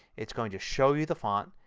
it is going to show you the font.